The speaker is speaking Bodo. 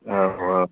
औ औ